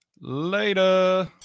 Later